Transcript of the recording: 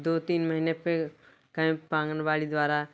दो तीन महीने पे कैंप आंगनबाड़ी द्वारा